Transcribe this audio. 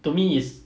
for me is